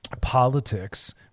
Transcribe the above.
politics